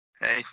Hey